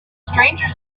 stranger